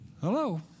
Hello